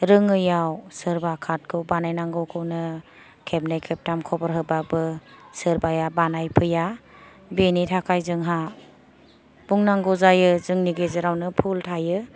रोङैआव सोरबा कार्दखौ बानायनांगौखौनो खेबनै खेबथाम खबर होबाबो सोरबाया बानाय फैया बेनि थाखाय जोंहा बुंनांगौ जायो जोंनि गेजेरावनो बहुल थायो